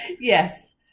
Yes